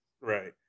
Right